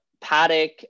Paddock